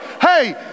hey